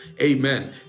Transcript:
Amen